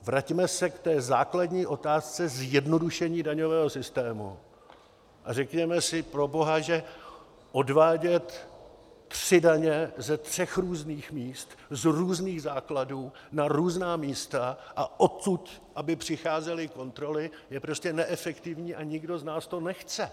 Vraťme se k té základní otázce zjednodušení daňového systému a řekněme si proboha, že odvádět tři daně ze tří různých míst, z různých základů, na různá místa, a odtud aby přicházely kontroly, je prostě neefektivní a nikdo z nás to nechce.